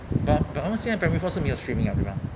but but amos 现在 primary four 是没有 streaming ah 对吗